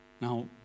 Now